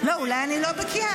לא, אולי אני לא בקיאה.